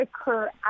occur